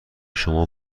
شما